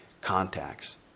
contacts